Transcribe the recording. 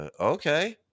Okay